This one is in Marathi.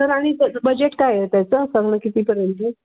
सर आणि बजेट काय आहे त्याचं चांगलं कितीपर्यंत